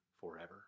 forever